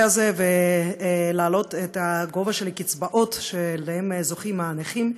הזה ולהעלות את הקצבאות שלהן זוכים הנכים,